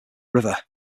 river